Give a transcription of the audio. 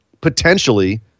potentially